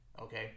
Okay